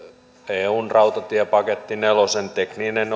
eun rautatiepaketti nelosen tekninen